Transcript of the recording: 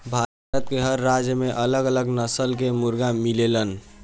भारत के हर राज्य में अलग अलग नस्ल कअ मुर्गा मिलेलन